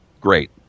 Great